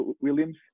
Williams